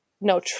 no